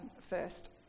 first